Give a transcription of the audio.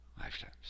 lifetimes